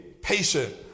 patient